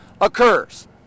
occurs